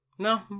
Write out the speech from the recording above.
No